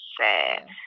sad